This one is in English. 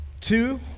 two